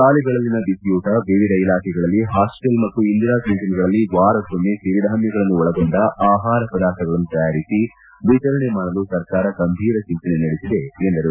ಶಾಲೆಗಳಲ್ಲಿನ ಬಿಸಿಯೂಟ ವಿವಿಧ ಇಲಾಖೆಗಳ ಹಾಸ್ಟೆಲ್ ಮತ್ತು ಇಂದಿರಾ ಕ್ಯಾಂಟೀನ್ಗಳಲ್ಲಿ ವಾರಕ್ಕೊಮ್ಮೆ ಸಿರಿಧಾನ್ಯಗಳನ್ನು ಒಳಗೊಂಡ ಆಹಾರ ಪದಾರ್ಥಗಳನ್ನು ತಯಾರಿಸಿ ವಿತರಣೆ ಮಾಡಲು ಸರ್ಕಾರ ಗಂಭೀರ ಚಿಂತನೆ ನಡೆಸಿದೆ ಎಂದರು